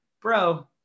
bro